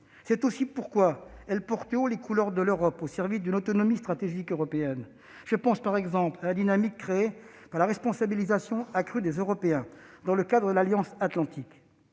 C'est aussi pourquoi cette loi porte haut les couleurs de l'Europe, au service d'une autonomie stratégique européenne. Je pense par exemple à la dynamique créée par la responsabilisation accrue des Européens dans le cadre de l'Alliance atlantique.